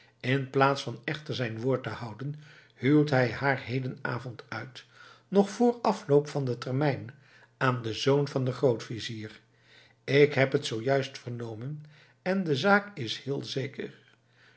verlangd inplaats van echter zijn woord te houden huwt hij haar hedenavond uit nog vr afloop van den termijn aan den zoon van den grootvizier ik heb t zoo juist vernomen en de zaak is heel zeker